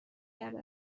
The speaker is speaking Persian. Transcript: کرده